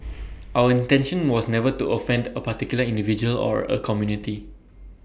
our intention was never to offend A particular individual or A community